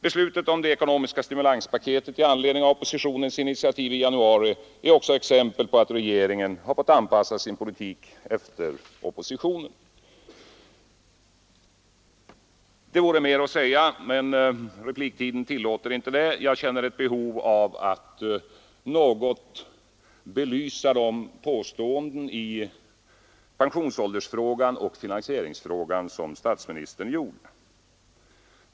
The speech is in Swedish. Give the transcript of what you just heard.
Beslutet om det ekonomiska stimulanspaketet med anledning av oppositionens initiativ i januari är också ett exempel på att regeringen fått anpassa sin politik efter oppositionen. Det vore mer att säga om detta, men repliktiden tillåter inte det. Jag känner ett behov av att något belysa de påståenden i pensionsåldersfrågan och finansieringsfrågan som statsministern gjorde.